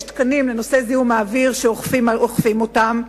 יש תקנים לנושא זיהום האוויר, שאוכפים אותם,